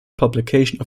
publication